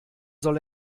soll